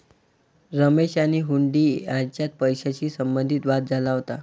रमेश आणि हुंडी यांच्यात पैशाशी संबंधित वाद झाला होता